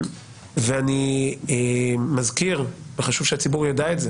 ואני מזכיר וחשוב שהציבור ידע את זה